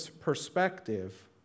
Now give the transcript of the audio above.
perspective